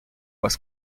was